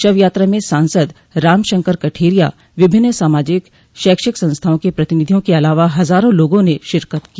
शव यात्रा में सांसद राम शंकर कठेरिया विभिन्न सामाजिक शैक्षिक संस्थाओं के प्रतिनिधियों के अलावा हजारों लोगों ने शिरकत की